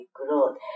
growth